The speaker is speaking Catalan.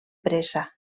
pressa